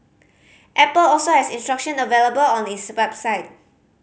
Apple also has instruction available on its website